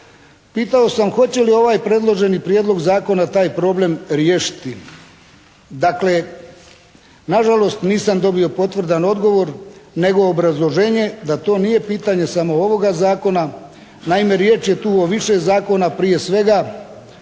Pitao sam hoće li ovaj predloženi Prijedlog zakona taj problem riješiti? Dakle nažalost nisam dobio potvrdan odgovor nego obrazloženje da to nije pitanje samo ovoga Zakona. Naime riječ je tu o više zakona, prije svega